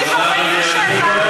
סליחה.